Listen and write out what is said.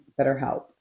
BetterHelp